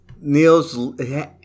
Neil's –